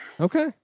Okay